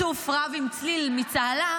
צוף רב עם צליל מצהלה,